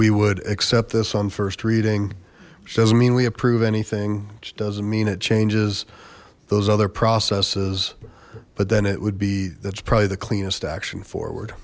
we would accept this on first reading which doesn't mean we approve anything which doesn't mean it changes those other processes but then it would be that's probably the cleanest action forward